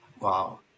Wow